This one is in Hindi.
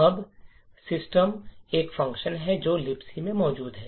अब सिस्टम एक फ़ंक्शन है जो कि Libc में मौजूद है